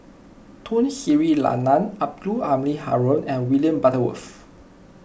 Tun Sri Lanang Abdul Halim Haron and William Butterworth